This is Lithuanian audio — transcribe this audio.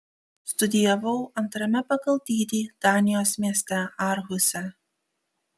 studijavau antrame pagal dydį danijos mieste aarhuse